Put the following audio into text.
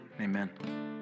Amen